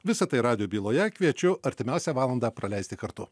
visa tai radijo byloje kviečiu artimiausią valandą praleisti kartu